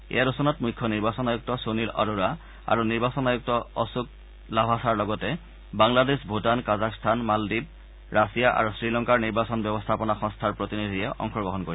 এই আলোচনাত মুখ্য নিৰ্বাচন আয়ুক্ত সুনীল আৰোৰা আৰু নিৰ্বাচন আয়ুক্ত অশোক লাভাচাৰ লগতে বাংলাদেশ ভূটান কাজাখস্তান মালদ্বীপ ৰাছিয়া আৰু শ্ৰীলংকাৰ নিৰ্বাচন ব্যৱস্থাপনা সংস্থাৰ প্ৰতিনিধিয়ে অংশগ্ৰহণ কৰিব